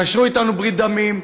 קשרו אתנו ברית דמים,